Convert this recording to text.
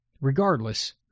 Regardless